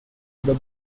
other